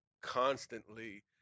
constantly